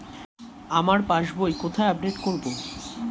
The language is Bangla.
আমার পাস বই কোথায় আপডেট করব?